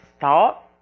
thought